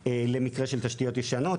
למקרה של תשתיות ישנות.